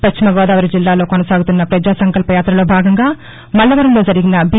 పశ్చిమగోదావరి జిల్లాలో కొనసాగుతున్న ప్రజాసంకల్ప యాతలో భాగంగా మల్లవరంలో జరిగిన బీ